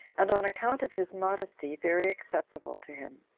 and on account of his modesty very acceptable to him.